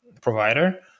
provider